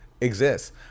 exists